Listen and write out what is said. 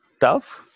tough